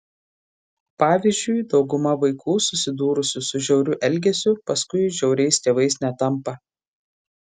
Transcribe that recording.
pavyzdžiui dauguma vaikų susidūrusių su žiauriu elgesiu paskui žiauriais tėvais netampa